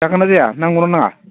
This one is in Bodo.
जागोन ना जाया नांगौ ना नाङा